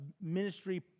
ministry